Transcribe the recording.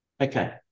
Okay